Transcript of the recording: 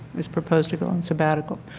is proposed to go on sabbatical.